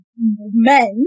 men